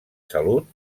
salut